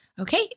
Okay